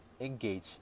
engage